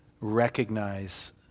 recognize